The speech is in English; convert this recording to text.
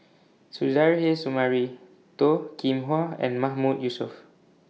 Suzairhe Sumari Toh Kim Hwa and Mahmood Yusof